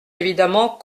évidemment